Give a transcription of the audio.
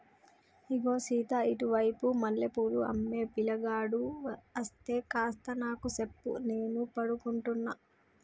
ఇగో సీత ఇటు వైపు మల్లె పూలు అమ్మే పిలగాడు అస్తే కాస్త నాకు సెప్పు నేను పడుకుంటున్న